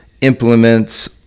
implements